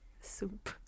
Soup